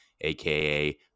aka